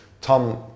Tom